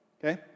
Okay